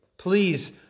please